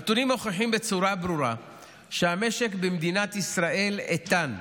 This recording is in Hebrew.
הנתונים מוכיחים בצורה ברורה שהמשק במדינת ישראל איתן,